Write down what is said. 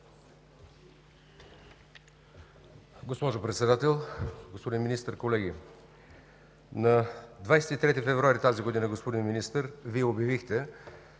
Госпожо Председател, господин Министър, колеги! На 23 февруари тази година, господин Министър, Вие обявихте,